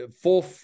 full